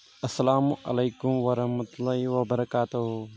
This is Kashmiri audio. السلام علیکم ورحمتہ اللہ وبرکاتہُ